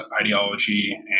ideology